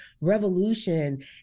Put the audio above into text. revolution